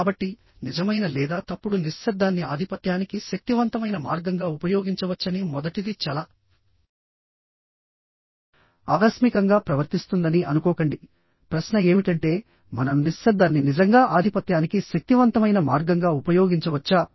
కాబట్టి నిజమైన లేదా తప్పుడు నిశ్శబ్దాన్ని ఆధిపత్యానికి శక్తివంతమైన మార్గంగా ఉపయోగించవచ్చని మొదటిది చాలా ఆకస్మికంగా ప్రవర్తిస్తుందని అనుకోకండిప్రశ్న ఏమిటంటే మనం నిశ్శబ్దాన్ని నిజంగా ఆధిపత్యానికి శక్తివంతమైన మార్గంగా ఉపయోగించవచ్చా